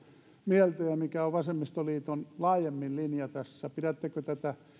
mieltä ja mikä on vasemmistoliiton laajempi linja tässä pidättekö tätä